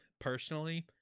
personally